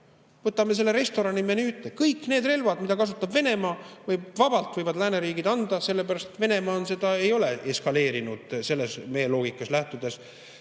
Võtame selle restorani menüü ette. Kõiki neid relvi, mida kasutab Venemaa, võivad vabalt lääneriigid anda, sellepärast et Venemaa seda ei ole eskaleerinud meie loogikast lähtudes.